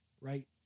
right